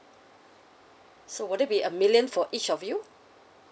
so would it be a million for each of you